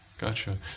Gotcha